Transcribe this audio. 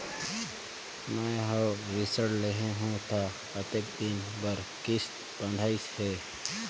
मैं हवे ऋण लेहे हों त कतेक दिन कर किस्त बंधाइस हे?